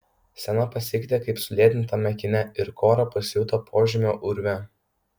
scena pasikeitė kaip sulėtintame kine ir kora pasijuto požemio urve